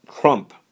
Trump